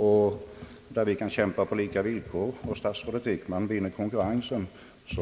Om statsrådet Wick man vinner den tävlingen